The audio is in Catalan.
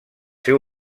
seu